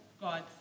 God